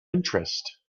interest